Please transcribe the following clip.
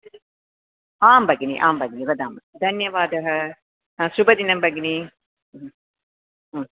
आं भगिनि आं भगिनि वदामि धन्यवादः शुभदिनं भगिनि